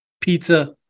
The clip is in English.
pizza